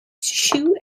shoe